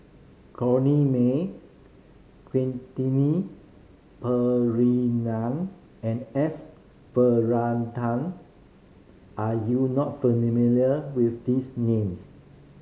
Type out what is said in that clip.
Corrinne May Quentin Pereira and S Varathan are you not familiar with these names